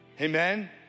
Amen